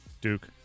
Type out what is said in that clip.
Duke